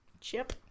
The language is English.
Chip